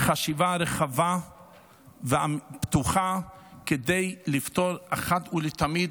חשיבה רחבה ופתוחה כדי לפתור אחת ולתמיד